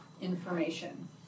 information